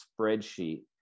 spreadsheet